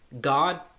God